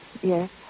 Yes